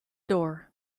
door